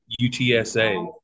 UTSA